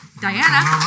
Diana